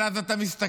אבל אז אתה מסתכל,